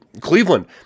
Cleveland